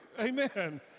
Amen